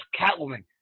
Catwoman